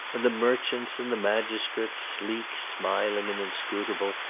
and the merchants and the magis trates, sleek, smiling, and inscrutable,